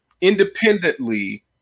independently